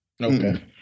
Okay